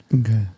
Okay